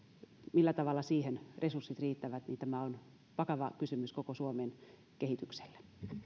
millä tavalla siihen resurssit riittävät tämä on vakava kysymys koko suomen kehitykselle